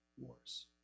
Wars